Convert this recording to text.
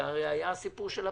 הרי זה היה הסיפור של הפל-קל.